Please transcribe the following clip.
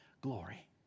glory